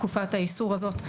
תקופת האיסור הזאת.